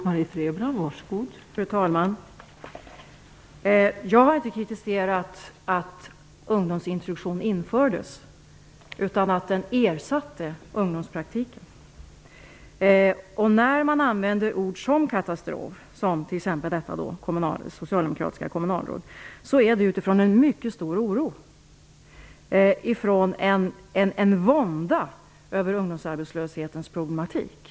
Fru talman! Jag har inte kritiserat att ungdomsintroduktionen infördes, men däremot att den ersatte ungdomspraktiken. När man använder ord som katastrof, som t.ex. detta socialdemokratiska kommunalråd gjorde, beror det på en mycket stor oro. Det är en vånda över ungdomsarbetslöshetens problematik.